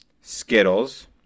Skittles